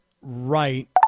right